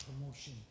promotion